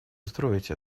устроить